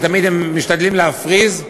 ותמיד הם משתדלים להפריז,